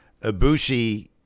Ibushi –